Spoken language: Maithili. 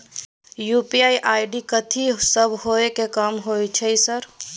यु.पी.आई आई.डी कथि सब हय कि काम होय छय सर?